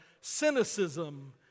cynicism